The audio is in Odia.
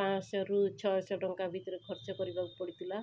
ପାଞ୍ଚଶହରୁ ଛଅଶହ ଟଙ୍କା ଭିତରେ ଖର୍ଚ୍ଚ କରିବାକୁ ପଡ଼ିଥିଲା